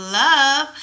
love